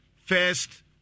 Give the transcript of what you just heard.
first